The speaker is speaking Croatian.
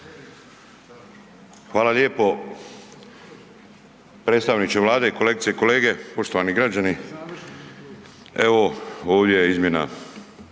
Hvala lijepo. Predstavniče Vlade, kolegice i kolege, poštovani građani, evo ovdje je izmjena